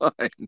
fine